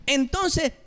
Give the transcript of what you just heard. entonces